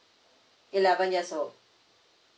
eleven years old